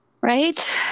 Right